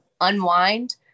unwind